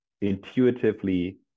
intuitively